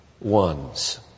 ones